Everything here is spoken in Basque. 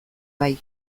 bai